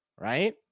Right